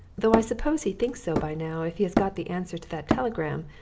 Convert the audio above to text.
though i suppose he thinks so by now if he has got the answer to that telegram.